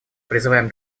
призываем